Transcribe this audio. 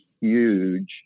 huge